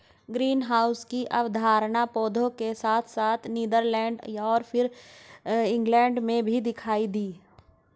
greenhouse की अवधारणा पौधों के साथ साथ नीदरलैंड और फिर इंग्लैंड में भी दिखाई दी